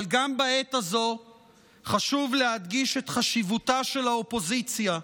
אבל גם בעת הזו חשוב להדגיש את חשיבותה של האופוזיציה.